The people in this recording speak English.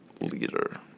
leader